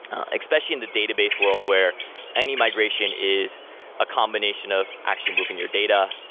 especially in the database world where any migration is a combination of actually moving your data,